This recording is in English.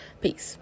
peace